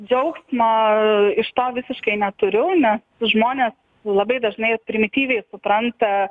džiaugsmo iš to visiškai neturiu nes žmonės labai dažnai primityviai supranta